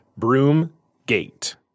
Broomgate